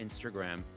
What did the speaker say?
Instagram